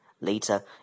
Later